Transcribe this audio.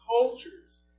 cultures